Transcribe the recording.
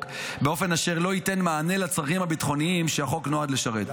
באופן אשר לא ייתן מענה לצרכים הביטחוניים שהחוק נועד לשרת.